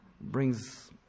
brings